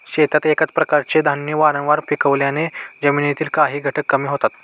शेतात एकाच प्रकारचे धान्य वारंवार पिकवल्याने जमिनीतील काही घटक कमी होतात